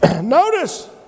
Notice